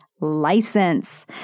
License